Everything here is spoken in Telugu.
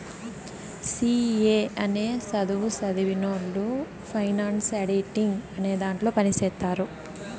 సి ఏ అనే సధువు సదివినవొళ్ళు ఫైనాన్స్ ఆడిటింగ్ అనే దాంట్లో పని చేత్తారు